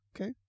Okay